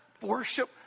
worship